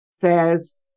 says